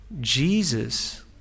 jesus